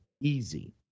easy